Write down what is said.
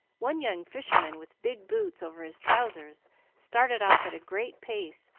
one young fisherman with big boots over his trousers started off at a great pace,